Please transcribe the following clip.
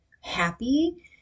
happy